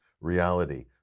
reality